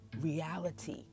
reality